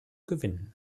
gewinnen